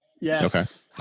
Yes